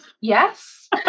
Yes